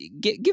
give